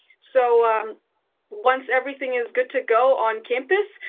so once everything is good to go on campus,